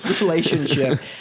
relationship